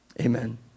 Amen